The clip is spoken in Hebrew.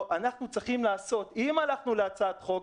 אנחנו צריכים לעשות, אם הלכנו להצעת חוק,